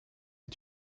est